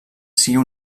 sigui